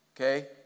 Okay